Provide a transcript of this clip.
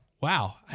Wow